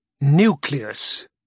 Nucleus